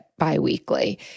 biweekly